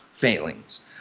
Failings